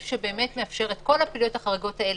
שבאמת מאפשר את כל הפעילויות החריגות האלו.